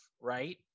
right